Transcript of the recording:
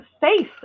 face